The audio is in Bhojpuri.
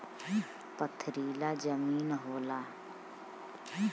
पथरीला जमीन होला